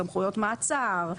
סמכויות מעצר,